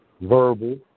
verbal